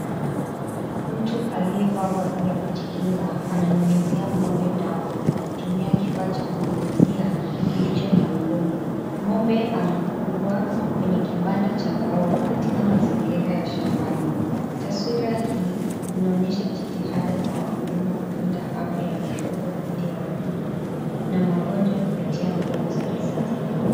Mtu aliyevaa vazi la kujikinga ananyunyizia ng'ombe dawa kwa kutumia kifaa cha kunyunyizia kilicho mgongoni. Ng'ombe amefungwa kwenye kibanda cha mbao katika mazingira ya shambani. Taswira hii inaonyesha jitihada za wakulima kulinda afya ya mifugo dhidi ya wadudu na magonjwa kupitia mbinu ya kisasa.